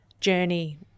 journey